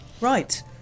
Right